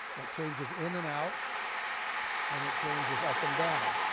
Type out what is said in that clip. that changes in and out and it changes up and down.